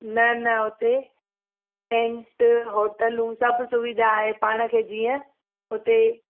न न हुते टैंट होटलूं सभु सुविधा आहे पाण खे जीअं हुते